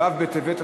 בעד, 13,